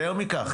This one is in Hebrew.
יותר מכך,